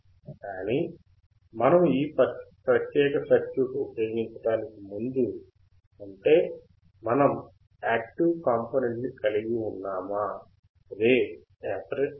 కానీ మనము ఈ ప్రత్యేక సర్క్యూట్ ఉపయోగించడానికి ముందు అంటే మనం యాక్టివ్ కాంపొనెంట్ ని కలిగి ఉన్నామా అదే ఆపరేషనల్ యాంప్లిఫైయర్